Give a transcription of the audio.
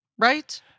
Right